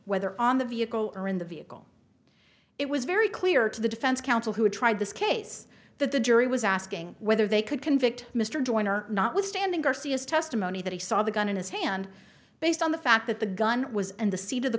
whether on the vehicle or in the vehicle it was very clear to the defense counsel who tried this case that the jury was asking whether they could convict mr dorner notwithstanding garcia's testimony that he saw the gun in his hand based on the fact that the gun was and the seat of the